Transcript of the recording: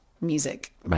music